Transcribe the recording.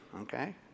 okay